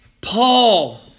Paul